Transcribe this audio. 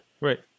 Right